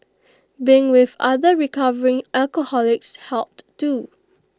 being with other recovering alcoholics helped too